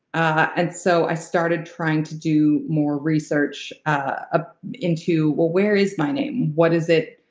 and so i started trying to do more research ah into where is my name? what is it?